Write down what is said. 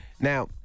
Now